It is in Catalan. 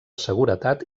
seguretat